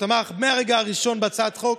שתמך מהרגע הראשון בהצעת החוק,